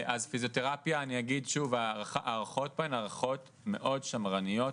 אז ההערכות פה הן הערכות מאוד שמרניות,